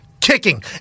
kicking